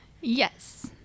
Yes